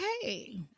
hey